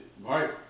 Right